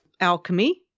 alchemy